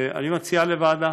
אני מציע לוועדה,